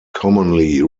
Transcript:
commonly